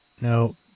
No